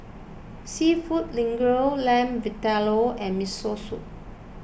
Seafood Linguine Lamb Vindaloo and Miso Soup